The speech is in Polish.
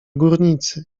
górnicy